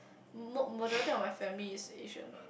ma~ majority of my family is Asian what